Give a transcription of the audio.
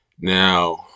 now